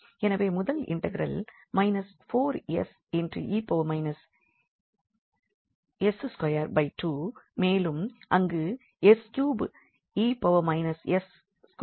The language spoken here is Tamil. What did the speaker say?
எனவே முதல் இன்டெக்ரல் −4𝑠𝑒−𝑠22 மேலும் அங்கு 𝑠3𝑒−𝑠22 ஐ வைத்து இன்டெக்ரல் அமையும்